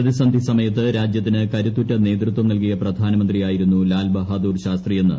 പ്രതിസന്ധി സമയത്ത് രാജ്യത്തിന് കരുത്തുറ്റ നേതൃത്വം നൽകിയ പ്രധാനമന്ത്രിയായിരുന്നു ലാൽ ബഹദൂർ ശാസ്ത്രിയെന്ന് ശ്രീ